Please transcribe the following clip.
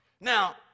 now